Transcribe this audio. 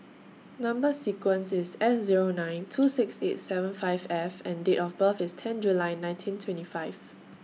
Number sequence IS S Zero nine two six eight seven five F and Date of birth IS ten July nineteen twenty five